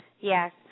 Yes